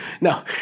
no